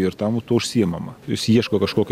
ir tam tuo užsiimama jis ieško kažkokio